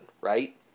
right